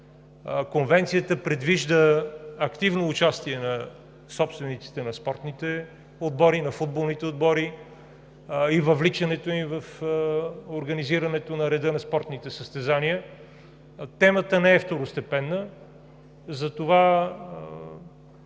Конвенцията предвижда активно участие на собствениците на спортните отбори, на футболните отбори във въвличането им в организирането на реда на спортните състезания. Темата не е второстепенна, затова